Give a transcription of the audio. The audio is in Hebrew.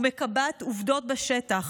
ומקבעת עובדות בשטח.